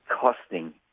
costing